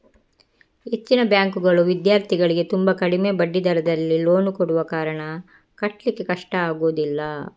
ಹೆಚ್ಚಿನ ಬ್ಯಾಂಕುಗಳು ವಿದ್ಯಾರ್ಥಿಗಳಿಗೆ ತುಂಬಾ ಕಡಿಮೆ ಬಡ್ಡಿ ದರದಲ್ಲಿ ಲೋನ್ ಕೊಡುವ ಕಾರಣ ಕಟ್ಲಿಕ್ಕೆ ಕಷ್ಟ ಆಗುದಿಲ್ಲ